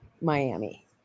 Miami